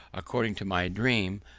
according to my dream,